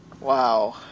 wow